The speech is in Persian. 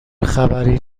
خبری